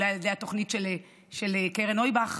אולי על ידי התוכנית של קרן נויבך,